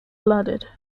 blooded